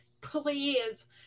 Please